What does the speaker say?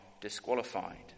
disqualified